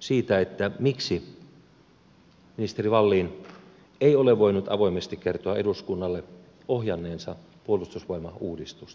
siitä miksi ministeri wallin ei ole voinut avoimesti kertoa eduskunnalle ohjanneensa puolustusvoimauudistusta